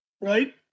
right